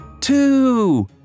Two